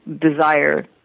desire